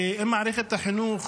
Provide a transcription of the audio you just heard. ואם מערכת החינוך